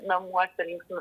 namuose linksmina